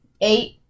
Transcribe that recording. Eight